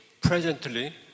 Presently